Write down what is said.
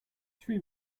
three